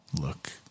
look